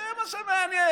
זה מה שמעניין.